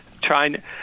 trying